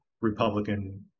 Republican